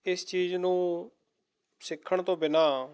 ਇਸ ਚੀਜ਼ ਨੂੰ ਸਿੱਖਣ ਤੋਂ ਬਿਨ੍ਹਾਂ